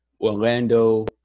Orlando